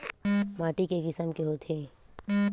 माटी के किसम के होथे?